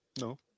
No